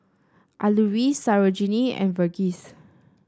Alluri Sarojini and Verghese